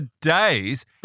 days